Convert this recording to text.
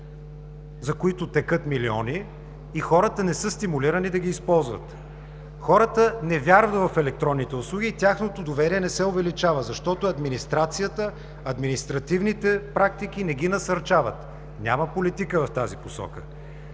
за които текат милиони и хората не са стимулирани да ги използват. Хората не вярват в електронните услуги и тяхното доверие не се увеличава, защото администрацията, административните практики не ги насърчават. Няма политика в тази посока.